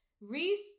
Reese